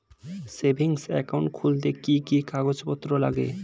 Savings account খুলতে কি কি কাগজপত্র লাগে?